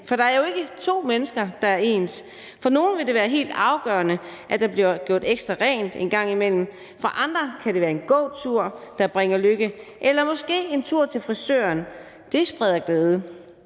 for der er jo ikke to mennesker, der er ens. For nogle vil det være helt afgørende, at der bliver gjort ekstra rent en gang imellem. For andre kan det være en gåtur, der bringer lykke, eller måske en tur til frisøren. Det spreder glæde.